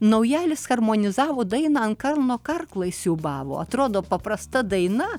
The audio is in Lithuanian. naujalis harmonizavo dainą ant kalno karklai siūbavo atrodo paprasta daina